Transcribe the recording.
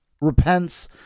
repents